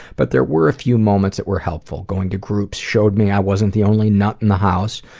but there were a few moments that were helpful-going to groups showed me i wasn't the only nut in the house,